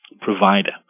provider